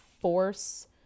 force